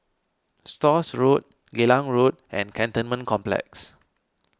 Stores Road Geylang Road and Cantonment Complex